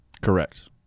Correct